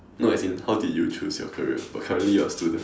no as in how did you choose your career but currently you are a student